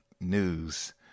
news